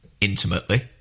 intimately